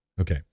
Okay